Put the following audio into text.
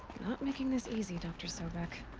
not making this easy, dr. sobeck.